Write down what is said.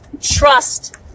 trust